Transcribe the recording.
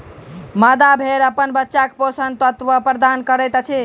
मादा भेड़ अपन बच्चाक पोषक तत्व प्रदान करैत अछि